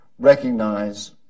recognize